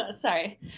Sorry